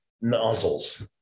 nozzles